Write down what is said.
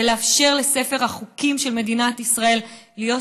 ולאפשר לספר החוקים של מדינת ישראל להיות